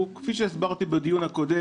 כפי שהסברתי בדיון הקודם,